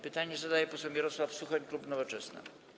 Pytanie zadaje poseł Mirosław Suchoń, klub Nowoczesna.